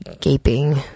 gaping